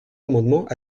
amendement